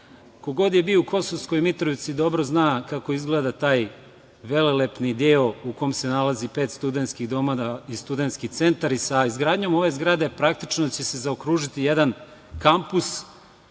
Ko god je bio u Kosovskoj Mitrovici dobro zna kako izgleda taj velelepni deo u kome se nalazi pet studentskih domova i studentski centar. Sa izgradnjom ove zgrade praktično će se zaokružiti jedan kampus